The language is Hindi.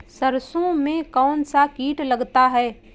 सरसों में कौनसा कीट लगता है?